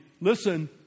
listen